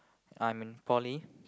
I'm in poly